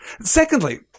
Secondly